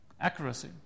accuracy